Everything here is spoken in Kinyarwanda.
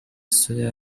soya